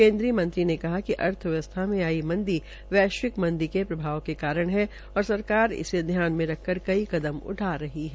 केन्द्रीय मंत्री ने कहा कि अर्थव्यवस्था मे आई मंदी वैश्विक मंदी के प्रभाव के कारण है और सरकार इसे ध्यान में रखकर कई कदम उठा रही है